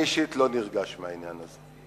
אני אישית לא נרגש מהעניין הזה.